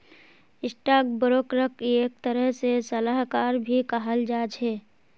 stock ब्रोकरक एक तरह से सलाहकार भी कहाल जा छे